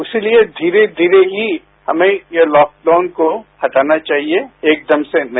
इसलिए धीरे धीरे ही हमें ये लॉकडाउन को हटाना चाहिए एकदम से नहीं